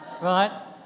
right